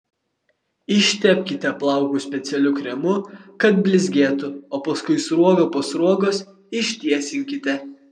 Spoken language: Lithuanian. ištepkite plaukus specialiu kremu kad blizgėtų o paskui sruoga po sruogos ištiesinkite